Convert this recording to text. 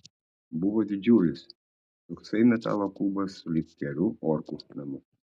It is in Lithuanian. buvo didžiulis toksai metalo kubas sulig geru orkų namu